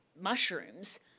mushrooms